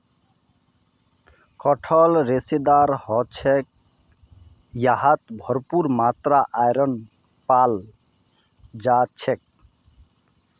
कटहल रेशेदार ह छेक यहात भरपूर मात्रात आयरन पाल जा छेक